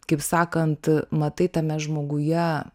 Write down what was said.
kaip sakant matai tame žmoguje